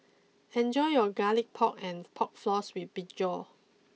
enjoy your Garlic Pork and Pork Floss with Brinjal